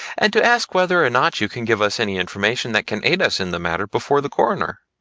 and to ask whether or not you can give us any information that can aid us in the matter before the coroner.